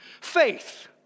faith